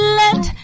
let